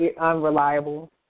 unreliable